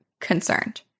concerned